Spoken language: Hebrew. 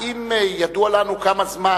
האם ידוע לנו כמה זמן,